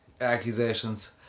accusations